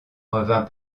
revint